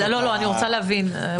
אני רוצה להבין.